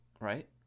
right